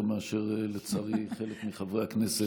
יותר מאשר חלק מחברי הכנסת,